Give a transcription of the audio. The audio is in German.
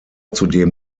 zudem